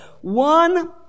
One